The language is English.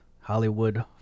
Hollywood